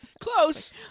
Close